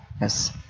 Yes